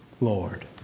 Lord